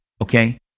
okay